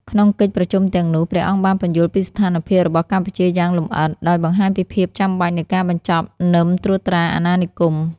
ក្នុងកិច្ចប្រជុំទាំងនោះ ព្រះអង្គបានពន្យល់ពីស្ថានភាពរបស់កម្ពុជាយ៉ាងលម្អិត ដោយបង្ហាញពីភាពចាំបាច់នៃការបញ្ចប់នឹមត្រួតត្រាអាណានិគម។